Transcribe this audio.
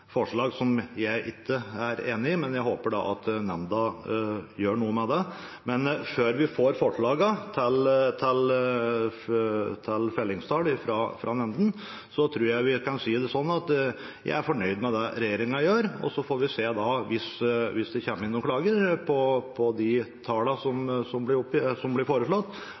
forslag som jeg ikke er enig i, men jeg håper at nemndene gjør noe med det. Men før vi får forslagene til fellingstall fra nemndene, tror jeg vi kan si at jeg er fornøyd med det regjeringen gjør. Så får vi se hvis det kommer inn noen klager på de tallene som blir foreslått,